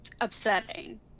upsetting